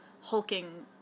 hulking